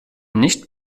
nicht